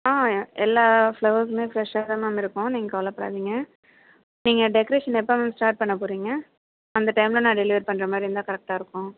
ஆ எல்லா ஃப்ளவர்ஸுமே ஃப்ரெஷ்ஷாக தான் மேம் இருக்கும் நீங்கள் கவலைப்படாதீங்க நீங்கள் டெக்ரேஷன் எப்போது மேம் ஸ்டார்ட் பண்ணப் போகிறீங்க அந்த டைமில் நான் டெலிவர் பண்ணுற மாதிரி இருந்தால் கரெக்டாக இருக்கும்